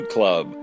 Club